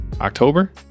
October